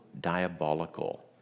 diabolical